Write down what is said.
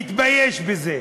הייתי מתבייש בזה,